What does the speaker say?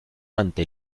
ante